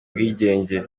ubwigenge